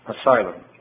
asylum